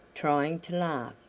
trying to laugh,